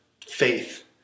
faith